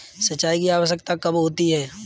सिंचाई की आवश्यकता कब होती है?